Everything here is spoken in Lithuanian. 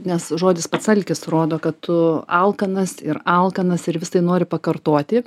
nes žodis pats alkis rodo kad tu alkanas ir alkanas ir vis tai nori pakartoti